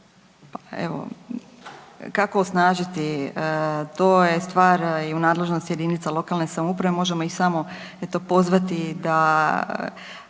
Evo, kako osnažiti, to je stvar i u nadležnosti jedinica lokalne samouprave, možemo ih samo eto, pozvati da